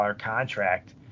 contract